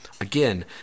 Again